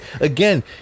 again